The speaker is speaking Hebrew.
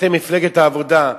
אתם מפלגת העבודה,